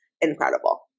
incredible